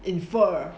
infer